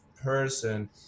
person